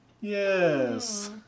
Yes